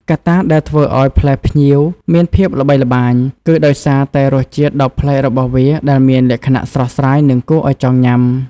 កត្តាដែលធ្វើឱ្យផ្លែផ្ញៀវមានភាពល្បីល្បាញ គឺដោយសារតែរសជាតិដ៏ប្លែករបស់វាដែលមានលក្ខណៈស្រស់ស្រាយ និងគួរឱ្យចង់ញ៉ាំ។